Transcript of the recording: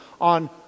on